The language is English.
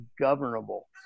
governable